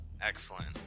Excellent